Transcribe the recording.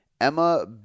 Emma